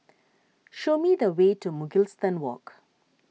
show me the way to Mugliston Walk